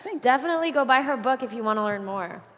but definitely go buy her book if you want to learn more.